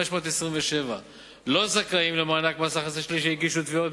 27,527. לא זכאים למס הכנסה שלילי והגישו תביעות,